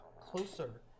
closer